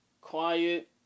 quiet